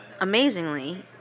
amazingly